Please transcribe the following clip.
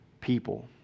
people